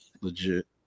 Legit